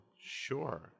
sure